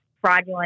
fraudulent